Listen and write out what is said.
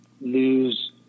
lose